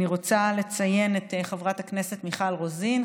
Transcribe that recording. אני רוצה לציין את חברת הכנסת לשעבר מיכל רוזין,